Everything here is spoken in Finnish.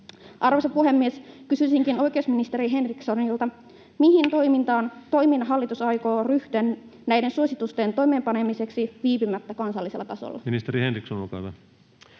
Arvoisa puhemies, kysyisinkin oikeusministeri Henrikssonilta: mihin toimiin hallitus aikoo ryhtyä näiden suositusten toimeenpanemiseksi viipymättä kansallisella tasolla? Ministeri Henriksson, olkaa hyvä.